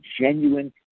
genuine